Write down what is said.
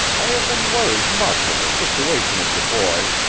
i have been worried much at the situation of the boy,